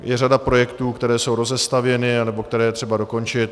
Je řada projektů, které jsou rozestavěny nebo které je třeba dokončit.